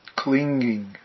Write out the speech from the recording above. clinging